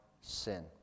sin